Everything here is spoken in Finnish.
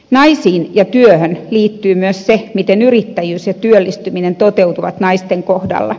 naisiin ja työhön liittyy myös se miten yrittäjyys ja työllistyminen toteutuvat naisten kohdalla